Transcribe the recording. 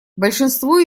большинство